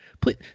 Please